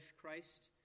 Christ